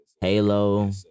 Halo